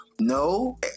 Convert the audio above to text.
No